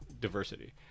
diversity